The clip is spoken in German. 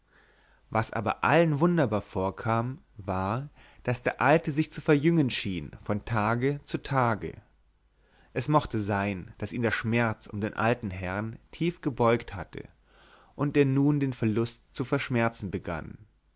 was aber allen wunderbar vorkam war daß der alte sich zu verjüngen schien von tage zu tage es mochte sein daß ihn der schmerz um den alten herrn tief gebeugt hatte und er nun den verlust zu verschmerzen begann